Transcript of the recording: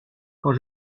quand